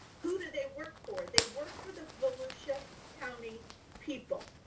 who do they work for? they work for the volusia county people,